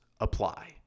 apply